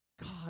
God